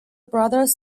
brothers